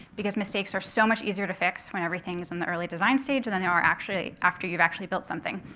because mistakes are so much easier to fix when everything's in the early design stage than they are actually after you've actually built something.